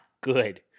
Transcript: good